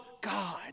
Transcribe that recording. God